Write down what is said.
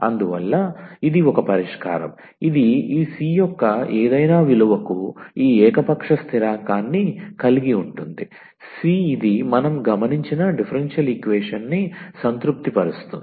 అందువల్ల ఇది ఒక పరిష్కారం ఇది ఈ c యొక్క ఏదైనా విలువకు ఈ ఏకపక్ష స్థిరాంకాన్ని కలిగి ఉంటుంది 𝑐 ఇది మనం గమనించిన డిఫరెన్షియల్ ఈక్వేషన్ని సంతృప్తిపరుస్తుంది